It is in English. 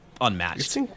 unmatched